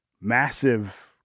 massive